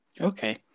Okay